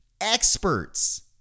experts